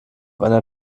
einer